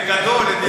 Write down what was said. בגדול הם ינצחו אותנו.